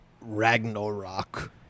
Ragnarok